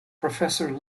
professor